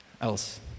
else